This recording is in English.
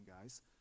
guys